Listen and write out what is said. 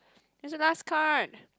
is your last card